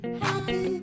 happy